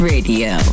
Radio